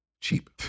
cheap